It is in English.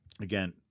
again